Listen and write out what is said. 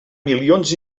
milions